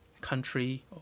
country